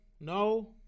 No